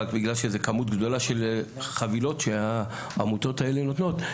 אבל בגלל שזה כמות גדולה של חבילות שהעמותות האלה נותנות,